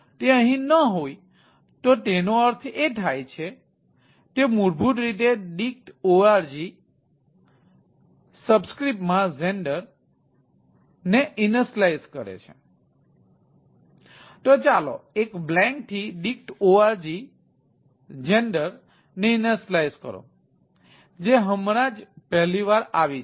તેથી આપણી પાસે name થી કારણ કે આ ચોક્કસ પ્રશ્નને વસ્તુના નામની જરૂર નથી